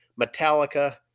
Metallica